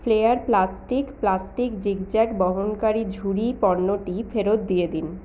flair plastic plastic zigzag বহনকারী ঝুড়ি পণ্যটি ফেরত দিয়ে দিন